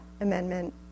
Amendment